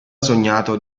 sognato